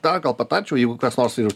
dar gal patarčiau jeigu tas nors ir